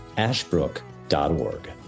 ashbrook.org